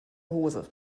hose